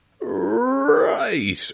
Right